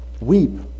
weep